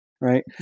right